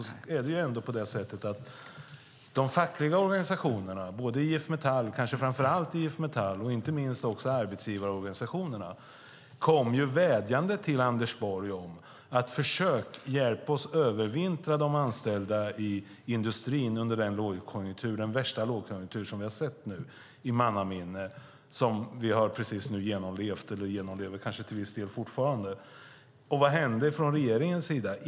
Men det är ändå på det sättet att de fackliga organisationerna, kanske framför allt IF Metall, och inte minst arbetsgivarorganisationerna kom och vädjade till Anders Borg om att regeringen skulle försöka hjälpa dem att övervintra de anställda i industrin under den värsta lågkonjunktur vi sett i mannaminne. Vi har precis genomlevt den och gör det kanske till viss del fortfarande. Vad hände från regeringens sida?